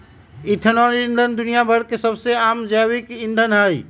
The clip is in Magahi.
इथेनॉल ईंधन दुनिया भर में सबसे आम जैव ईंधन हई